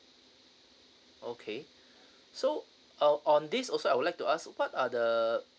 okay so uh on this also I would like to ask what are the